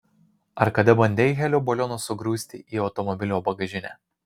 ar kada bandei helio balionus sugrūsti į automobilio bagažinę